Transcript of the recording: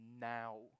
Now